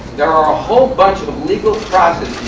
there are a whole bunch of legal processes,